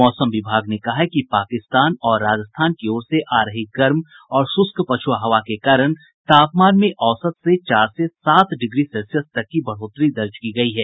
मौसम विभाग ने कहा है कि पाकिस्तान और राजस्थान की ओर से आ रही गर्म और शुष्क पछ्आ हवा के कारण तापमान में औसत से चार से सात डिग्री सेल्सियस तक की बढ़ोतरी दर्ज की गयी है